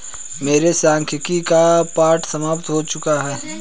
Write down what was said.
मेरे सांख्यिकी का पाठ समाप्त हो चुका है